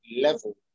level